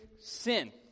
sin